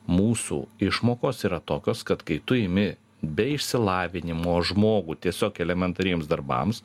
mūsų išmokos yra tokios kad kai tu imi be išsilavinimo žmogų tiesiog elementariems darbams